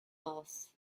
loss